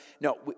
no